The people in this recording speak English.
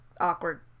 awkward